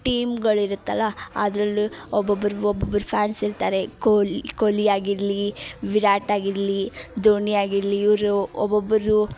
ಟೀಮ್ಗಳಿರುತ್ತಲ್ಲ ಅದರಲ್ಲೂ ಒಬ್ಬೊಬ್ರದು ಒಬ್ಬೊಬ್ರು ಫ್ಯಾನ್ಸ್ ಇರ್ತಾರೆ ಕೋಲ್ ಕೊಹ್ಲಿ ಆಗಿರಲಿ ವಿರಾಟ್ ಆಗಿರಲಿ ದೋಣಿ ಆಗಿರಲಿ ಇವರು ಒಬ್ಬೊಬ್ಬರು